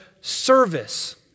service